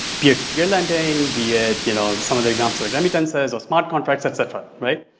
peer to peer lending, be it you know some of the examples like remittances or smart contracts et cetera right?